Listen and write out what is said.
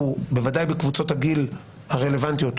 בוודאי בקבוצות הגיל הרלוונטיות,